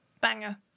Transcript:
Banger